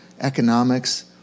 economics